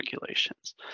regulations